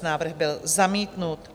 Návrh byl zamítnut.